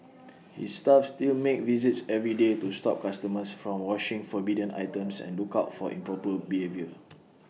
his staff still make visits every day to stop customers from washing forbidden items and look out for improper behaviour